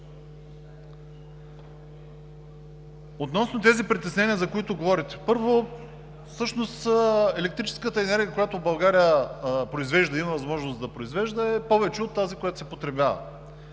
Относно тези притеснения, за които говорите. Първо, електрическата енергия, която България има възможност да произвежда, е повече от тази, която се потребява.